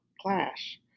clash